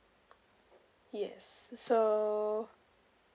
yes so